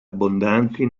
abbondanti